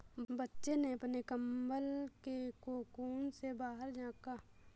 बच्चे ने अपने कंबल के कोकून से बाहर झाँका